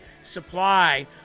supply